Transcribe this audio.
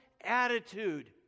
attitude